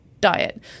diet